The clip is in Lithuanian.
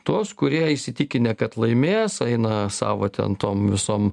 tuos kurie įsitikinę kad laimės aina savo ten tom visom